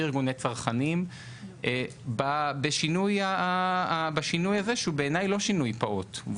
וארגוני צרכנים בשינוי הזה שהוא בעיני לא שינוי פעוט,